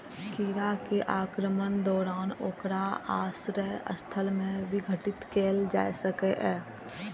कीड़ा के आक्रमणक दौरान ओकर आश्रय स्थल कें विघटित कैल जा सकैए